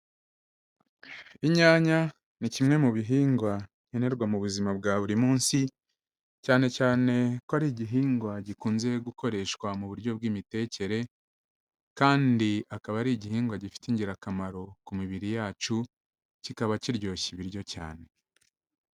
Inyanya ni kimwe mu bihingwa nkenerwa mu buzima bwa buri munsi, cyane cyane ko ari igihingwa gikunze gukoreshwa mu buryo bw'imitekere, kandi akaba ari igihingwa gifite ingirakamaro ku mibiri yacu, kikaba kiryoshya ibiryo cyane.